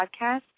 podcast